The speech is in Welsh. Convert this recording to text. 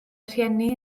rhieni